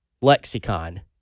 lexicon